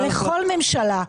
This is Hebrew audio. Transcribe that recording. זה לכל ממשלה,